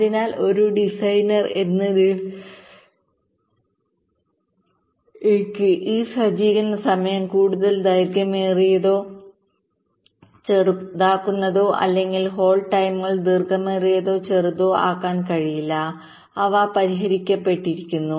അതിനാൽ ഒരു ഡിസൈനർ എന്ന നിലയിൽ എനിക്ക് ഈ സജ്ജീകരണ സമയം കൂടുതൽ ദൈർഘ്യമേറിയതോ ചെറുതാക്കുന്നതോ അല്ലെങ്കിൽ ഹോൾഡ് ടൈമുകൾ ദൈർഘ്യമേറിയതോ ചെറുതോ ആക്കാൻ കഴിയില്ല അവ പരിഹരിക്കപ്പെട്ടിരിക്കുന്നു